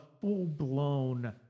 full-blown